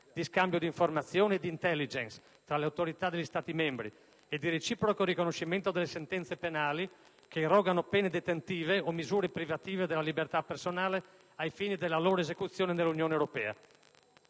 di scambio di informazioni e di *intelligence* tra le autorità degli Stati membri, e di reciproco riconoscimento delle sentenze penali che irrogano pene detentive o misure privative della libertà personale, ai fini della loro esecuzione nell'Unione europea.